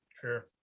Sure